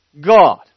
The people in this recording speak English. God